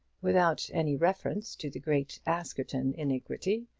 without any reference to the great askerton iniquity,